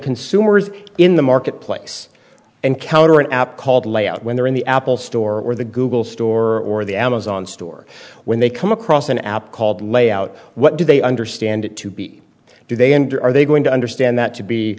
consumers in the market place and counter an app called layout when they're in the apple store or the google store or the amazon store when they come across an app called layout what do they understand it to be do they and are they going to understand that to be